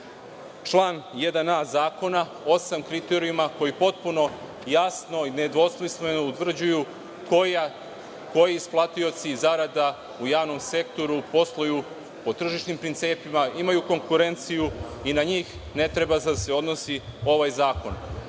član 1a zakona, osam kriterijuma koji potpuno jasno i nedvosmisleno utvrđuju koji isplatioci zarada u javnom sektoru posluju po tržišnim principima, imaju konkurenciju i na njih ne treba da se odnosi ovaj